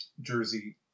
Jersey